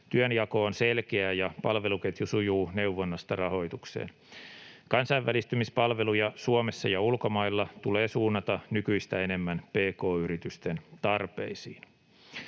työnjako on selkeä ja palveluketju sujuu neuvonnasta rahoitukseen. Kansainvälistysmispalveluja Suomessa ja ulkomailla tulee suunnata nykyistä enemmän pk-yritysten tarpeisiin.